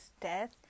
death